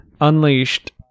unleashed